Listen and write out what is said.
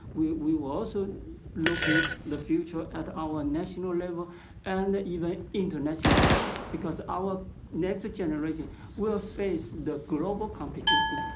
we we will also looking the future at our national level and even international level. because our next generation will face the global competition.